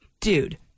Dude